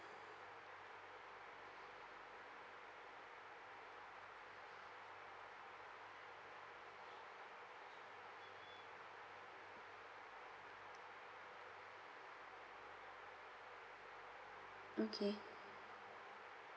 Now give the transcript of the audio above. okay